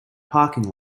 parking